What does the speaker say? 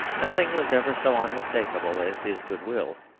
nothing was ever so unmistakable as his good-will,